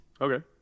okay